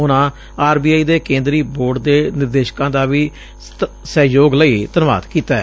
ਉਨਾਂ R B I ਦੇ ਕੇਂਦਰੀ ਬੋਰਡ ਦੇ ਨਿਦੇਸਕਾਂ ਦਾ ਵੀ ਸਹਿਯੋਗ ਲਈ ਧੰਨਵਾਦ ਕੀਤੈ